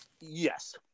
Yes